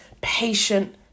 patient